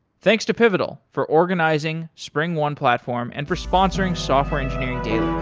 thanks to pivotal for organizing springone platform and for sponsoring software engineering daily